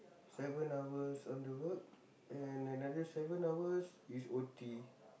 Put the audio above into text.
seven hours on the road and another seven hours is O_T